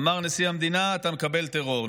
אמר נשיא המדינה, אתה מקבל טרור.